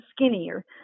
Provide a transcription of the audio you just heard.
skinnier